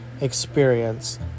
experience